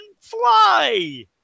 fly